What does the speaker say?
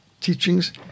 teachings